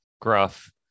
gruff